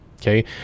Okay